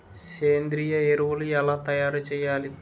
సేంద్రీయ ఎరువులు ఎలా తయారు చేయాలి?